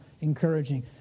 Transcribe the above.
encouraging